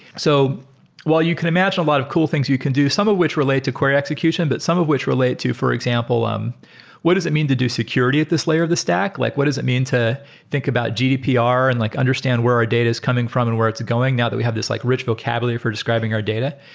so while you can imagine a lot of cool things you can, some of which relate to query execution, but some of which relate to, for example, um what does it mean to do security at this layer of the stack. like what does it mean to think about gdpr and like understand where a data is coming from and where it's going now that we have this like rich vocabulary for describing our data?